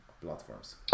platforms